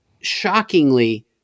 shockingly